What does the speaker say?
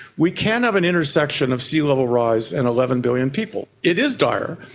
we can't have an intersection of sea level rise and eleven billion people. it is dire.